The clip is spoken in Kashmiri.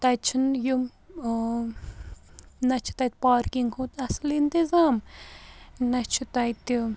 تَتہِ چھُنہٕ یِم نہ چھُ تَتہِ پارکِنٛگ ہُنٛد اَصٕل اِنتِظام نہ چھُ تَتہِ